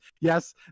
Yes